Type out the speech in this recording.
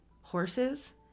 Horses